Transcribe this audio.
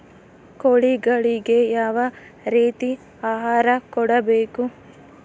ಕೋಳಿಗಳಿಗೆ ಯಾವ ರೇತಿಯ ಆಹಾರ ಕೊಡಬೇಕು?